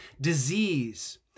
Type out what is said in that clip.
disease